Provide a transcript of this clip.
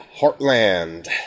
heartland